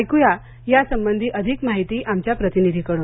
ऐक्यात यासंबंधी अधिक माहिती आमच्या प्रतिनिधिकडून